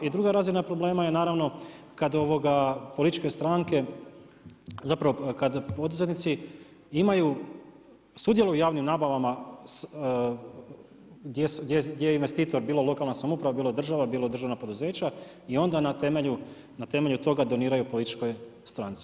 I druga razina problema je naravno kad političke stranke zapravo kad poduzetnici imaju, sudjeluju u javnim nabavama gdje je investitor bilo lokalna samouprava, bilo država, bilo državna poduzeća i onda na temelju toga doniraju političkoj stranci.